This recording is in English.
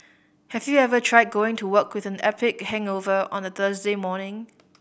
have you ever tried going to work with an epic hangover on a Thursday morning